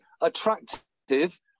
attractive